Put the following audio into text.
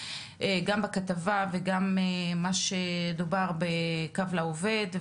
גם בכתבה וגם מה שדובר בקו לעובד,